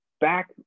back